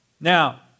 Now